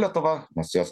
lietuva nes jos